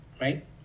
right